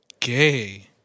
Gay